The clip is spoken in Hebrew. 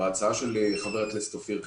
ובהצעה של חבר הכנסת אופיר כץ.